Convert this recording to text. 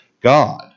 God